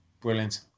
Brilliant